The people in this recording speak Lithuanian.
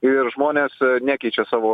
ir žmonės nekeičia savo